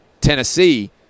Tennessee